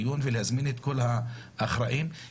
להזמין את כל האחראים ולדון בזה,